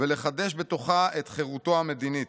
ולחדש בתוכה את חירותו המדינית.